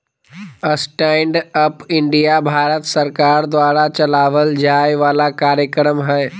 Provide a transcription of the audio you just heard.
stand up India Bharat सरकार द्वारा चलावल जाय वाला कार्यक्रम हय